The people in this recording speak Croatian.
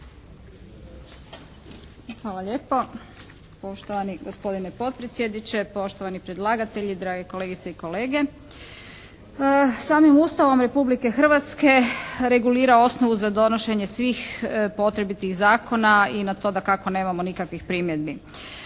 Hvala lijepo. Poštovani gospodine potpredsjedniče, poštovani predlagatelji, drage kolegice i kolege. Samim Ustavom Republike Hrvatske regulira osnovu za donošenje svih potrebitih zakona i na to dakako nemamo nikakvih primjedbi.